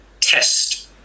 test